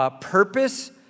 purpose